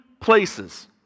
places